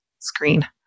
screen